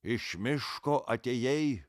iš miško atėjai